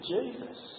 Jesus